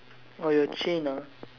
oh your chain ah